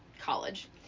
college